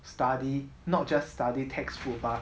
study not just study textbook but